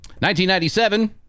1997